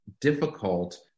difficult